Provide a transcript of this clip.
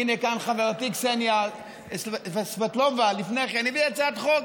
הינה כאן חברתי קסניה סבטלובה לפני כן הביאה הצעת חוק.